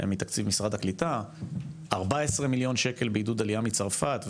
מתקציב משרד הקליטה 14 מיליון שקל בעידוד עלייה מצרפת,